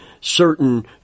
Certain